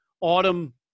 autumn